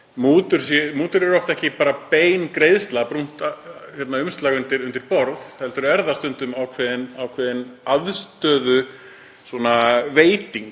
Mútur eru oft ekki bara bein greiðsla, brúnt umslag undir borð, heldur eru þær stundum ákveðin aðstöðuveiting